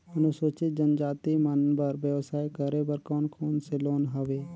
अनुसूचित जनजाति मन बर व्यवसाय करे बर कौन कौन से लोन हवे?